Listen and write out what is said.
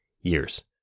years